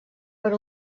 per